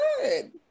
good